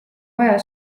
vaja